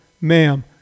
ma'am